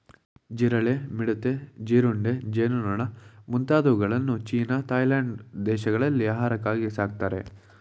ಜಿರಳೆ, ಮಿಡತೆ, ಜೀರುಂಡೆ, ಜೇನುನೊಣ ಮುಂತಾದವುಗಳನ್ನು ಚೀನಾ ಥಾಯ್ಲೆಂಡ್ ದೇಶಗಳಲ್ಲಿ ಆಹಾರಕ್ಕಾಗಿ ಸಾಕ್ತರೆ